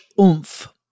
oomph